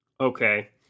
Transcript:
Okay